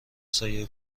سایه